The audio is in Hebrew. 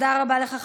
תודה רבה לך,